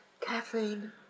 Caffeine